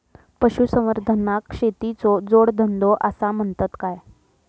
पशुसंवर्धनाक शेतीचो जोडधंदो आसा म्हणतत काय?